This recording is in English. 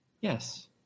Yes